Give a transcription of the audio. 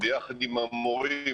ביחד עם המורים